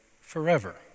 forever